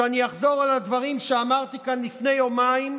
אני אחזור על הדברים שאמרתי כאן לפני יומיים,